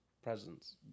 presence